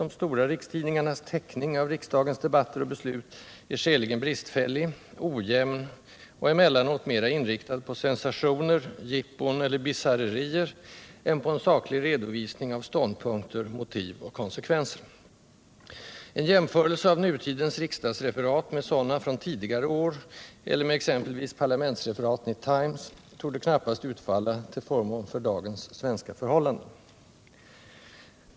— de stora rikstidningarnas täckning av riksdagens debatter och beslut är skäligen bristfällig, ojämn och emellanåt mera inriktad på sensationer, jippon eller bisarrerier än på en saklig redovisning av ståndpunkter, motiv och konsekvenser. En jämförelse mellan nutidens riksdagsreferat och sådana från tidigare år, eller med exempelvis parlamentsreferaten i Times, torde knappast utfalla till förmån för dagens svenska förhållanden.